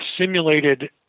simulated